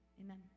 Amen